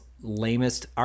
lamest